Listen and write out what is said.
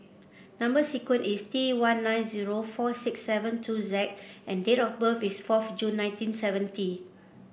number sequence is T one nine zero four six seven two Z and date of birth is fourth June nineteen seventy